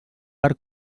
per